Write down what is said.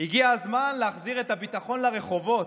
הגיע הזמן להחזיר את הביטחון לרחובות,